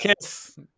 kiss